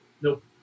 Nope